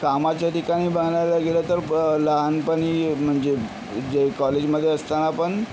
कामाच्या ठिकाणी बनायला गेलं तर ब लहानपणी म्हणजे जे कॉलेजमध्ये असताना पण